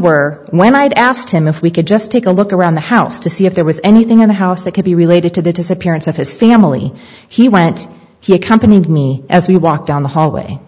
were when i'd asked him if we could just take a look around the house to see if there was anything in the house that could be related to the disappearance of his family he went he accompanied me as we walked down the hallway